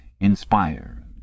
inspire